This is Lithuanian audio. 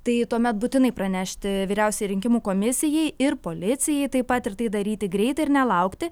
tai tuomet būtinai pranešti vyriausiajai rinkimų komisijai ir policijai taip pat ir tai daryti greitai ir nelaukti